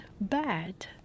bad